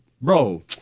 bro